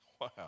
Wow